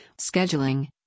scheduling